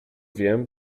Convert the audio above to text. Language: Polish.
wiem